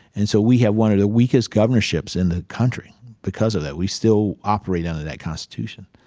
and so we have one of the weakest governorships in the country because of that. we still operate under that constitution.